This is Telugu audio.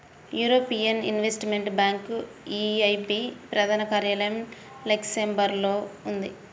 యూరోపియన్ ఇన్వెస్టిమెంట్ బ్యాంక్ ఈఐబీ ప్రధాన కార్యాలయం లక్సెంబర్గ్లో ఉంది